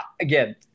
Again